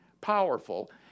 powerful